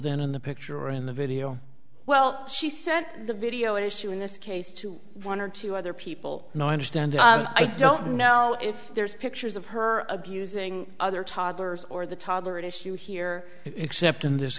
then in the picture in the video well she said the video issue in this case to one or two other people no i understand i don't know if there's pictures of her abusing other toddlers or the toddler at issue here except in this